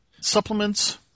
supplements